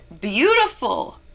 beautiful